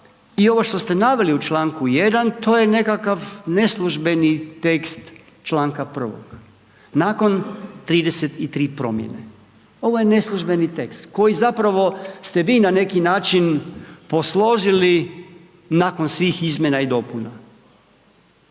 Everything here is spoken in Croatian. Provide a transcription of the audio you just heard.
i ovo što ste naveli u čl. 1. to je nekakav neslužbeni tekst članka 1. nakon 33 promjene. Ovo je neslužbeni tekst koji zapravo ste vi na neki način posložili nakon svih izmjena i dopuna.